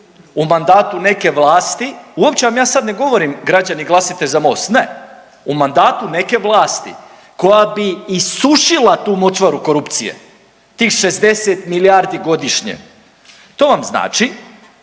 u mandatu neke vlasti, uopće vam ja sada ne govorim građani glasajte za Most, ne, u mandatu neke vlasti koja bi isušila tu močvaru korupcije tih 60 milijardi godišnje. To vam znači,